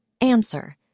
Answer